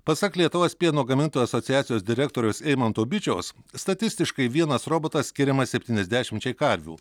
pasak lietuvos pieno gamintojų asociacijos direktoriaus eimanto bičiaus statistiškai vienas robotas skiriamas septyniasdešimčiai karvių